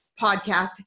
podcast